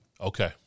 Okay